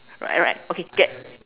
right right okay get